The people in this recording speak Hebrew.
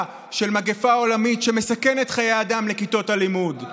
של מגפה עולמית שמסכנת חיי אדם לכיתות הלימוד?